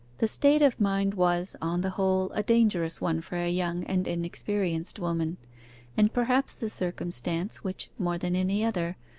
the state of mind was, on the whole, a dangerous one for a young and inexperienced woman and perhaps the circumstance which, more than any other,